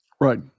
Right